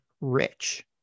rich